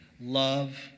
Love